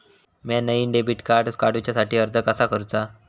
म्या नईन debit card काडुच्या साठी अर्ज कसा करूचा?